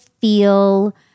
feel